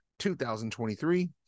2023